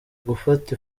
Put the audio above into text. gufata